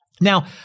Now